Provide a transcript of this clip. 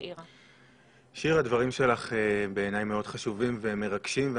שיר, הדברים שלך מאוד חשובים ומרגשים בעיניי.